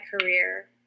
career